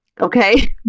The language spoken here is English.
okay